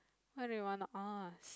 what do you want to ask